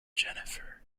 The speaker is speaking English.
jennifer